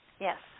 Yes